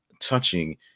touching